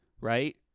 right